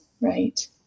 right